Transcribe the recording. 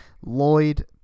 Lloyd